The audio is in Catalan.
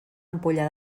ampolla